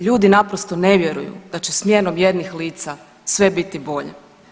Ljudi naprosto ne vjeruju da će smjenom jednih lica sve biti bolje.